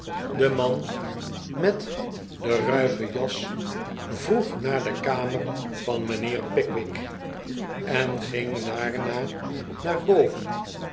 de man met de ruige jas vroeg naar de kamer van mijnheer pickwick en ging daarna naar boven